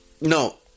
No